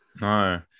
No